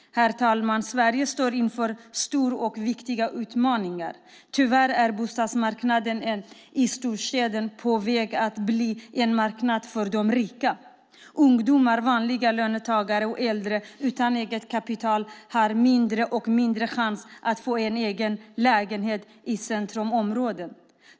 Herr talman! Sverige står inför stora och viktiga utmaningar. Tyvärr är bostadsmarknaden i storstäderna på väg att bli en marknad för de rika. Ungdomar, vanliga löntagare och äldre utan eget kapital har mindre och mindre chans att få en egen lägenhet i centrumområden.